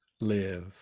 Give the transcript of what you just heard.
live